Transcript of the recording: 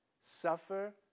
Suffer